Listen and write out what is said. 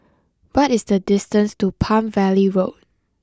what is the distance to Palm Valley Road